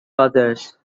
others